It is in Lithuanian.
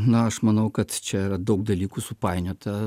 na aš manau kad čia yra daug dalykų supainiota